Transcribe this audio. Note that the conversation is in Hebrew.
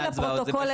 אנחנו רצינו לפרוטוקול,